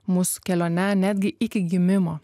mūsų kelione netgi iki gimimo